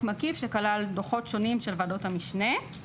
מקיף שכלל דוחות שונים של וועדות המשנה.